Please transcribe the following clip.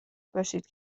باشید